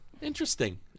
interesting